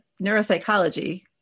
neuropsychology